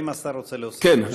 האם השר רוצה להוסיף?